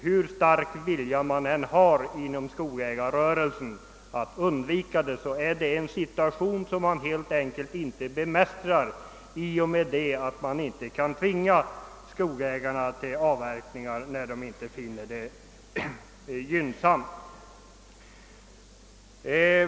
Hur stark vilja man än har inom skogsägarrörelsen att undvika en sådan situation så bemästrar man helt enkelt inte förhållandena genom att man inte kan tvinga skogsägarna att göra avverkningar, när de inte finner det gynnsamt.